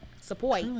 support